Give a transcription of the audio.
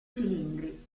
cilindri